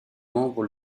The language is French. membres